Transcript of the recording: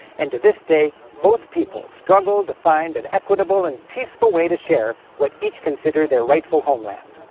and, to this day, both peoples struggle to find an equitable and peaceful way to share what each consider their rightful homeland.